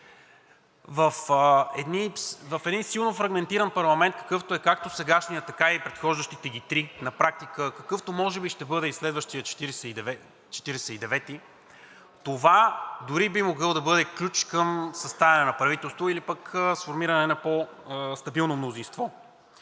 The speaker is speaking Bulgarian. В един силно фрагментиран парламент, какъвто е както сегашният, така и предхождащите го три на практика, какъвто може би ще бъде и следващият Четиридесет и девети, това дори би могло да бъде ключ към съставяне на правителство или пък сформиране на по-стабилно мнозинство.